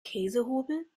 käsehobel